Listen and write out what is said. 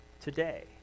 today